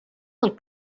del